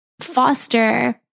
foster